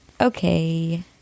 Okay